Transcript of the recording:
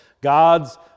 god's